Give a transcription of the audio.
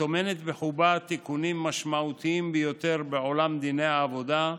שטומנת בחובה תיקונים משמעותיים ביותר בעולם דיני העבודה,